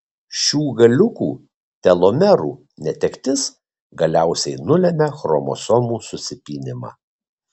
šių galiukų telomerų netektis galiausiai nulemia chromosomų susipynimą